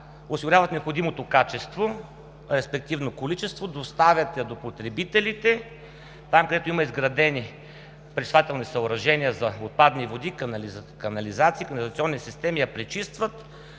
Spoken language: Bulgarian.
осигуряват необходимото качество, количество, доставят я до потребителите, а там, където има изградени пречиствателни съоръжения за отпадни води, канализации, канализационни системи, я пречистват